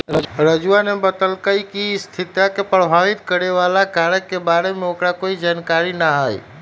राजूवा ने बतल कई कि स्थिरता के प्रभावित करे वाला कारक के बारे में ओकरा कोई जानकारी ना हई